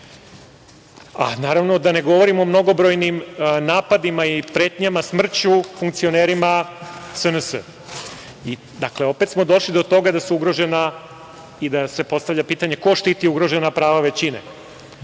Naravno da ne govorimo o mnogobrojnim napadima i pretnjama smrću funkcionerima SNS. Dakle, opet smo došli do toga da su ugrožena i da se postavlja pitanje ko štiti ugrožena prava